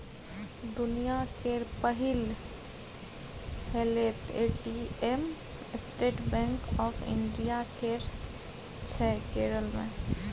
दुनियाँ केर पहिल हेलैत ATM State Bank of India केर छै केरल मे